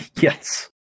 Yes